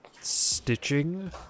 stitching